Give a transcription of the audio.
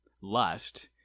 lust